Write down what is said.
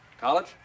College